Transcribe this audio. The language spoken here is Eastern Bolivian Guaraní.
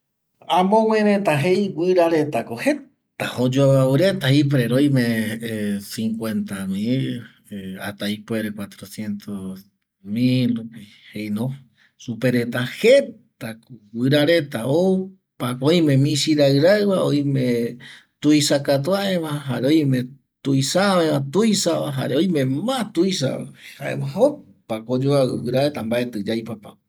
Amogë reta jei guƚra retako jeta oyoavƚavƚ rerta ipuere oime cincuenta mil hasta ipuere oime cuatrociento mil rupi jeino supereta jetako guƚra reta ou oime misiraƚraƚva oime tuisa katuaveva jare oime tuisaaveva, tuisava jare oime ma tuisava jare opako oyoavƚ guƚra reta mbaetƚ yaipapa